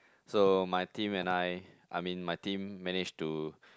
so my team and I I mean my team managed to